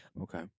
Okay